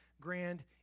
grand